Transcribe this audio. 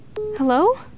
Hello